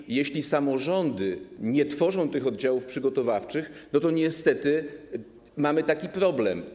I jeśli samorządy nie tworzą tych oddziałów przygotowawczych, to niestety mamy taki problem.